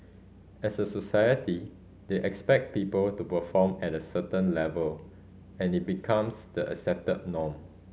as a society they expect people to perform at a certain level and it becomes the accepted norm